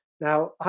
Now